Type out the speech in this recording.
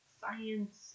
science